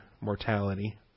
mortality